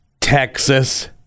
Texas